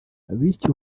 bityo